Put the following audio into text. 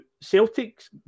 Celtic's